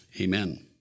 Amen